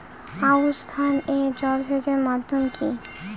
আউশ ধান এ জলসেচের মাধ্যম কি?